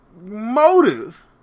Motive